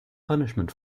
punishment